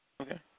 Okay